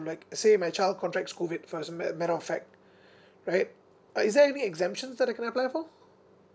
like uh say my child contracts COVID first a mat~ matter of fact right uh is there any exemptions that I can apply for